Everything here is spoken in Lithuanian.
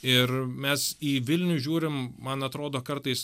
ir mes į vilnių žiūrim man atrodo kartais